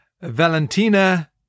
Valentina